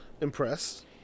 impressed